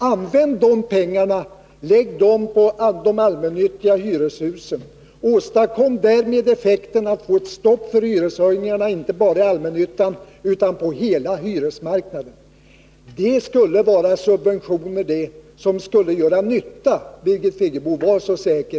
Lägg de pengarna på de allmännyttiga hyreshusen, åstadkom därmed effekten att få ett stopp för hyreshöjningarna, inte bara i allmännyttan utan på hela hyresmarknaden! Det skulle vara subventioner som skulle göra nytta där de kom, Birgit Friggebo, var så säker!